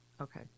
Okay